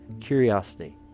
curiosity